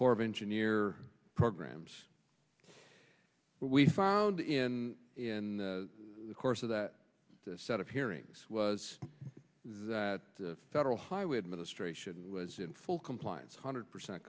corps of engineer programs but we found in in the course of that this set of hearings was that the federal highway administration was in full compliance hundred percent